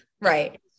Right